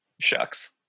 Shucks